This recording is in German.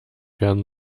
werden